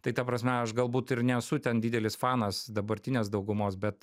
tai ta prasme aš galbūt ir nesu ten didelis fanas dabartinės daugumos bet